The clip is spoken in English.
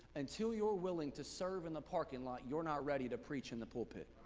until you're willing to serve in the parking lot, you're not ready to preach in the pulpit.